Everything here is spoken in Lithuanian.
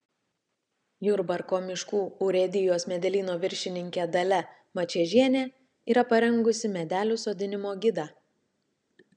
jurbarko miškų urėdijos medelyno viršininkė dalia mačiežienė yra parengusi medelių sodinimo gidą